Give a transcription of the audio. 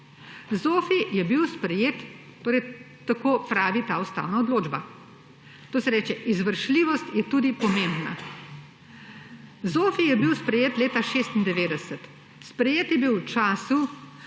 z ustavo.« Tako torej pravi ta ustavna odločba. To se reče, izvršljivost je tudi pomembna. ZOFVI je bil sprejet leta 1996. Sprejet je bil v času,